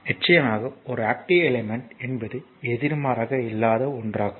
நிச்சயமாக ஒரு active element என்பது எதிர்மாறாக இல்லாத ஒன்றாகும்